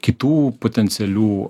kitų potencialių